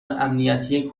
امنیتی